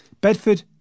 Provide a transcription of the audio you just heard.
Bedford